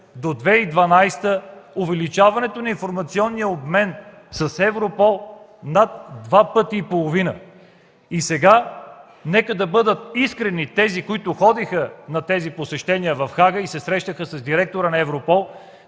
до 2012 г. до увеличаване на информационния обмен с Европол над 2 пъти и половина. И сега нека да бъдат искрени тези, които ходеха на посещения в Хага и се срещаха с директора на Европол,